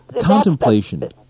Contemplation